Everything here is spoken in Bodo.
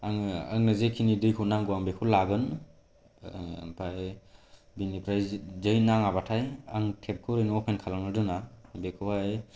आङो आंनो जेखिनि दैखौ नांगौ आं बेखौ लागोन आमफ्राय बेनिफ्राय जै नाङाबाथाय आं टेपखौ ओरैनो अपेन खालामनान दोना बेखौहाय